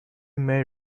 may